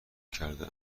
کرده